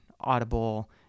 Audible